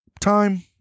time